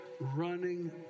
Running